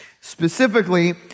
Specifically